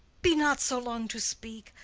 be not so long to speak.